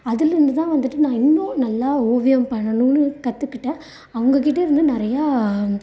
அதுலேருந்து தான் வந்துவிட்டு நான் இன்னும் நல்லா ஓவியம் பண்ணணும்ன்னு கற்றுக்கிட்டேன் அவங்ககிட்டே இருந்து நிறையா